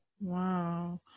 Wow